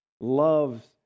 loves